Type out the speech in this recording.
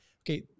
Okay